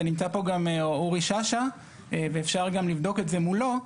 ונמצא פה גם אורי שאשא ואפשר גם לבדוק את זה מולו.